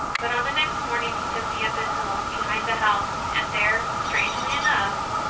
but on the next morning he took me up a hill behind the house, and there, strangely enough,